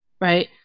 right